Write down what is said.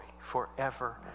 forever